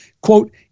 Quote